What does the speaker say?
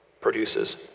produces